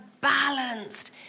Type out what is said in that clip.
balanced